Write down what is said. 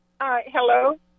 Hello